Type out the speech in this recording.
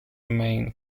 main